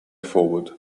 forward